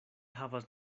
havas